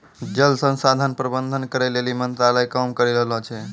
जल संसाधन प्रबंधन करै लेली मंत्रालय काम करी रहलो छै